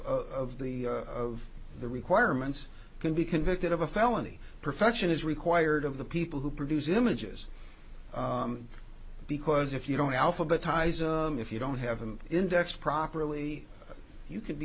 of the of the requirements can be convicted of a felony perfection is required of the people who produce images because if you don't alphabetize or if you don't have an index properly you c